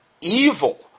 evil